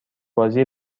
بازی